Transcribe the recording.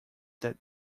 that